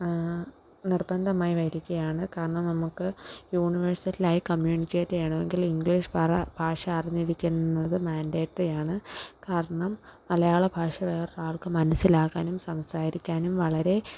നിർബന്ധമായി വരികയാണ് കാരണം നമുക്ക് യൂണിവേഴ്സലായി കമ്മ്യൂണിക്കേറ്റ് ചെയ്യണമെങ്കിൽ ഇംഗ്ലീഷ് പറ ഭാഷ അറിഞ്ഞിരിക്കുന്നത് മാണ്ടേട്ടറിയാണ് കാരണം മലയാള ഭാഷ വേറൊരാൾക്കും മനസ്സിലാകാനും സംസാരിക്കാനും വളരെ